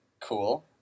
Cool